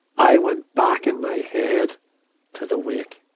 i went back in my head to the wake,